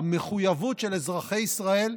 המחויבות של אזרחי ישראל,